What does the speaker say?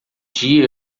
dia